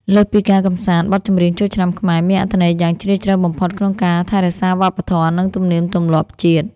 លើសពីការកម្សាន្ត បទចម្រៀងចូលឆ្នាំខ្មែរមានអត្ថន័យយ៉ាងជ្រាលជ្រៅបំផុតក្នុងការថែរក្សាវប្បធម៌ និងទំនៀមទម្លាប់ជាតិ។